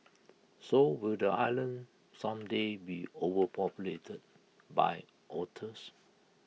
so will the island someday be overpopulated by otters